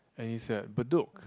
and it's at Bedok